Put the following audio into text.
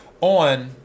on